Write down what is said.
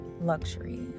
luxury